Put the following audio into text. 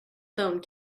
phone